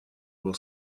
will